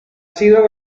sido